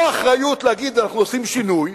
או אחריות להגיד: אנחנו עושים שינוי,